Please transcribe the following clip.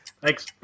Thanks